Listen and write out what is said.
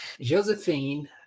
Josephine